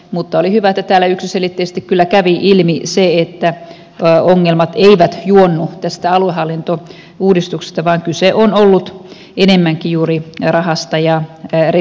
mutta oli hyvä että täällä yksiselitteisesti kyllä kävi ilmi se että ongelmat eivät juonnu tästä aluehallintouudistuksesta vaan kyse on ollut enemmänkin juuri rahasta ja resursseista